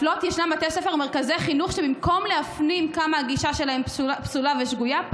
ומרכזי חינוך שבמקום להפנים כמה הגישה שלהם פסולה ושגויה,